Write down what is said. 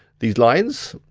these lines,